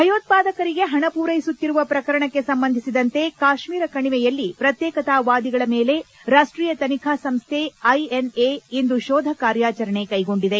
ಭಯೋತ್ವಾದಕರಿಗೆ ಹಣ ಪೂರ್ಲೆಸುತ್ತಿರುವ ಪ್ರಕರಣಕ್ಕೆ ಸಂಬಂಧಿಸಿದಂತೆ ಕಾಶ್ನೀರ ಕಣಿವೆಯಲ್ಲಿ ಪ್ರತ್ಯೇಕತಾವಾದಿಗಳ ಮೇಲೆ ರಾಷ್ಲೀಯ ತನಿಖಾ ಸಂಸ್ಥೆ ಎನ್ಐಎ ಇಂದು ಶೋಧ ಕಾರ್ಯಾಚರಣೆ ಕ್ಲೆಗೊಂಡಿದೆ